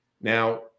Now